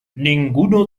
ninguno